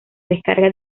descarga